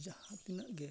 ᱡᱟᱦᱟᱸ ᱛᱤᱱᱟᱹᱜ ᱜᱮ